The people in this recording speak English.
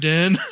Dan